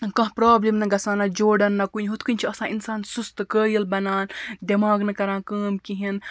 کانٛہہ پرابلِم نہٕ گژھان نہ جوڑَن نہ کُنہِ ہُتھ کٔنۍ چھُ آسان اِنسان سُستہٕ قٲیِل بَنان دٮ۪ماغ نہٕ کَران کٲم کِہیٖنۍ